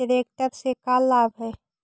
Tractor से का लाभ है?